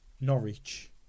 Norwich